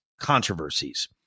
controversies